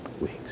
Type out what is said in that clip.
weeks